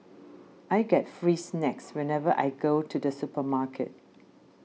I get free snacks whenever I go to the supermarket